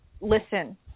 Listen